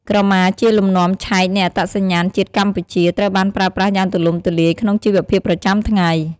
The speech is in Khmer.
ក្រម៉ាជាលំនាំឆែកនៃអត្តសញ្ញាណជាតិកម្ពុជា ត្រូវបានប្រើប្រាស់យ៉ាងទូលំទូលាយក្នុងជីវភាពប្រចាំថ្ងៃ។